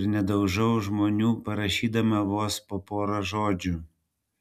ir nedaužau žmonių parašydama vos po porą žodžių